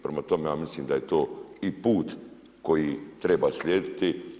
Prema tome ja mislim da je to i put koji treba slijediti.